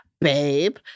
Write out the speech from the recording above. babe